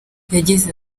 yagize